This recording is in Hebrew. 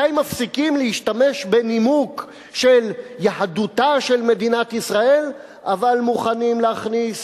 מתי מפסיקים להשתמש בנימוק של יהדותה של מדינת ישראל אבל מוכנים להכניס